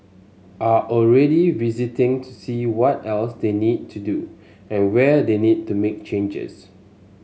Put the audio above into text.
are already visiting to see what else they need to do and where they need to make changes